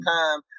time